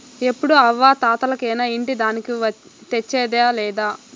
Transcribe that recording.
ఎప్పుడూ అవ్వా తాతలకేనా ఇంటి దానికి తెచ్చేదా లేదా